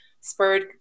spurred